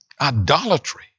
idolatry